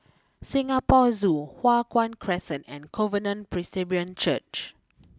Singapore Zoo Hua Guan Crescent and Covenant Presbyterian Church